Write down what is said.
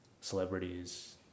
celebrities